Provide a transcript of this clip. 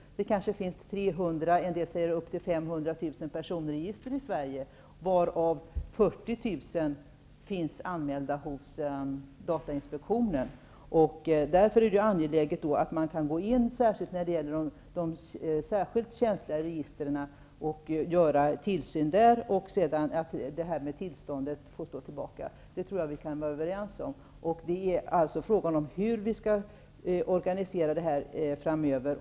Det finns kanske 300 000, en del säger ända upp till 500 000, personregister i Sverige, varav 40 000 finns anmälda hos datainspektionen. Därför är det angeläget att det finns möjlighet att utöva tillsyn i de särskilt känsliga registren. Därför får frågan om tillstånd stå tillbaka. Jag tror att vi kan vara överens om den saken. Frågan är hur tillsynen skall organiseras framöver.